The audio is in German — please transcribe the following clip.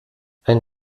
ein